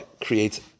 creates